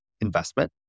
investment